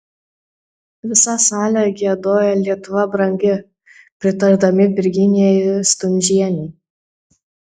visa salė giedojo lietuva brangi pritardami virginijai stundžienei